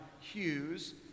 Hughes